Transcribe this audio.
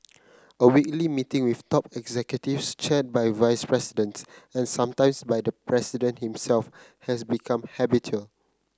a weekly meeting with top executives chaired by vice presidents and sometimes by the president himself has become habitual